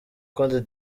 côte